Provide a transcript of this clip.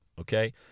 Okay